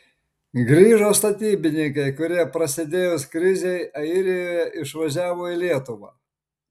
grįžo statybininkai kurie prasidėjus krizei airijoje išvažiavo į lietuvą